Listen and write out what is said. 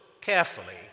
carefully